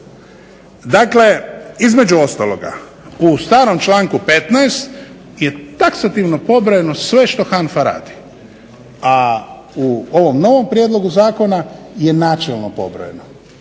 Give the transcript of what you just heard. Dakle, između ostaloga u starom članku 15. je taksativno pobrojano sve što HANFA radi, a u ovom novom prijedlogu zakona je načelno pobrojeno.